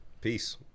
peace